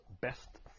best